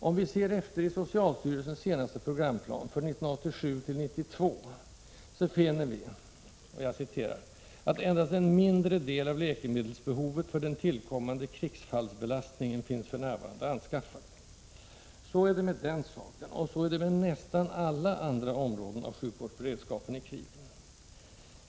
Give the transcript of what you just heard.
Om vi ser efter i socialstyrelsens senaste programplan för 1987—1992, så finner vi att ”endast en mindre del av läkemedelsbehovet för den tillkommande krigsfallsbelastningen finns för närvarande anskaffad”. Så är det med den saken, och så är det med nästan alla andra områden av sjukvårdsberedskapen i krig.